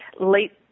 late